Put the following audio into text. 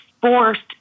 forced